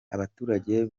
abaturage